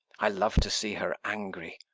i love to see her angry.